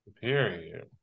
Period